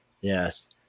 Yes